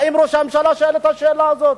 האם ראש הממשלה שואל את השאלה הזאת?